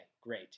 great